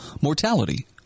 mortality